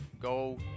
Go